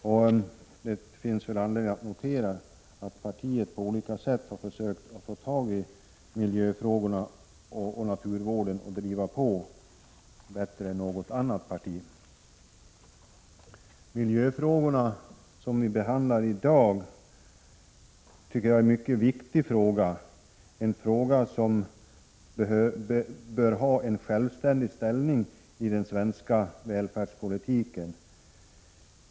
Det finns anledning att notera att vårt parti på olika sätt har försökt ta tag i naturvårdsoch miljöfrågorna och driva på bättre än något annat parti. Miljöfrågorna, som vi behandlar i dag, tycker jag är mycket viktiga. Detta är en fråga som bör ha en självständig ställning inom den svenska välfärdspolitiken.